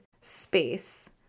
space